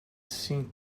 thin